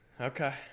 Okay